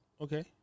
Okay